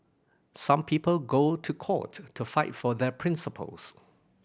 some people go to court to fight for their principles